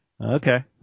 okay